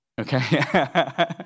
okay